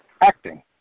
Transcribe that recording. Acting